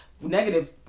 negative